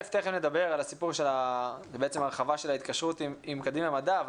תיכף נדבר על הסיפור של ההרחבה של ההתקשרות עם קדימה מדע,